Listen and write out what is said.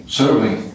serving